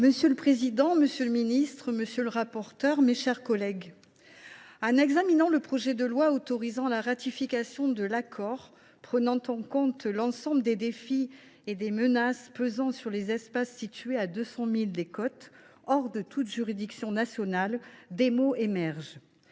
Monsieur le président, messieurs les ministres, mes chers collègues, lorsque l’on examine le projet de loi autorisant la ratification de cet accord qui prend en compte l’ensemble des défis et des menaces pesant sur les espaces situés à 200 miles des côtes, hors de toute juridiction nationale, des mots émergent